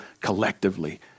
collectively